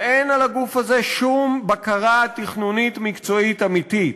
ואין על הגוף הזה שום בקרה תכנונית מקצועית אמיתית.